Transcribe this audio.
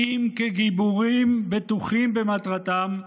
כי אם כגיבורים בטוחים במטרתם.